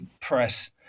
press